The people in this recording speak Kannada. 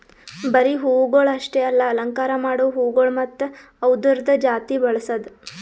ಬರೀ ಹೂವುಗೊಳ್ ಅಷ್ಟೆ ಅಲ್ಲಾ ಅಲಂಕಾರ ಮಾಡೋ ಹೂಗೊಳ್ ಮತ್ತ ಅವ್ದುರದ್ ಜಾತಿ ಬೆಳಸದ್